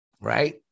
right